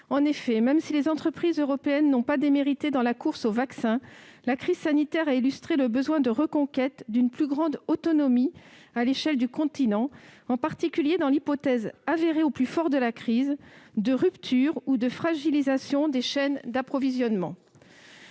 En effet, même si les entreprises européennes n'ont pas démérité dans la course aux vaccins, la crise sanitaire a illustré le besoin de reconquête d'une plus grande autonomie à l'échelle du continent, en particulier dans l'hypothèse, avérée au plus fort de la crise, de la rupture ou de la fragilisation des chaînes d'approvisionnement.